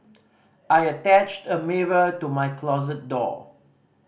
I attached a mirror to my closet door